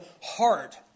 heart